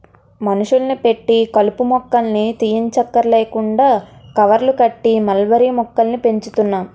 మనుషుల్ని పెట్టి కలుపు మొక్కల్ని తీయంచక్కర్లేకుండా కవర్లు కట్టి మల్బరీ మొక్కల్ని పెంచుతున్నాం